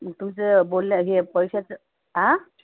तुमचे बोलले हे पैशाचं आं